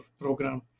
program